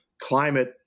climate